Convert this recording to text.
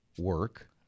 Work